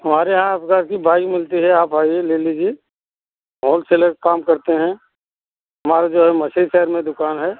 हमारे यहाँ हर प्रकार की बाइक मिलती है आप आइए ले लीजिए होलसेलर का काम करते हैं हमारा जो है मछली शहर में दुकान है